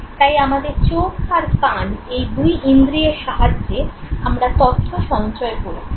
তাই আমাদের চোখ আর কান এই দুই ইন্দ্রিয়ের সাহায্যে আমরা তথ্য সঞ্চয় করেছি